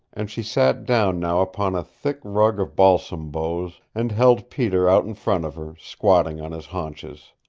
and she sat down now upon a thick rug of balsam boughs, and held peter out in front of her, squatted on his haunches.